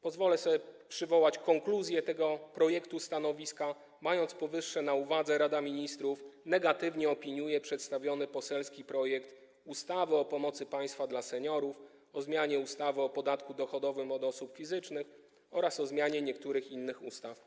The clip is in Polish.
Pozwolę sobie przywołać konkluzję tego projektu stanowiska: Mając powyższe na uwadze, Rada Ministrów negatywnie opiniuje przedstawiony poselski projekt ustawy o pomocy państwa dla seniorów, o zmianie ustawy o podatku dochodowym od osób fizycznych oraz o zmianie niektórych innych ustaw.